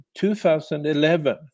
2011